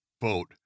boat